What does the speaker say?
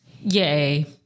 Yay